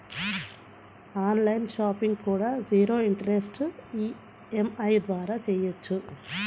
on line shopping కూడా zero interest EMI ద్వారా చెయ్యొచ్చు